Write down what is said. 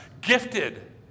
gifted